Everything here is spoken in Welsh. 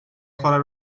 chwarae